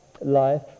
life